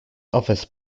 office